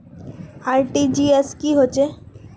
RTGS की होचए?